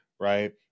Right